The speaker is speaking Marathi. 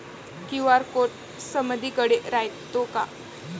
क्यू.आर कोड समदीकडे रायतो का?